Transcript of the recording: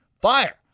Fire